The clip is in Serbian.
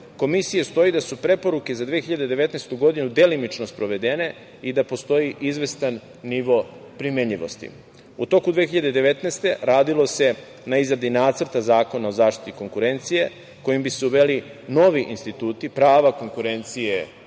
komisije stoji da su preporuke za 2019. godinu delimično sprovedene i da postoji izvestan nivo primenjivosti. U toku 2019. godine radilo se na izradi Nacrta zakona o zaštiti konkurencije, kojim bi se uveli novi instituti, prava konkurencije